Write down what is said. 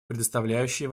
предоставляющие